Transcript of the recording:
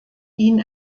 ihn